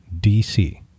DC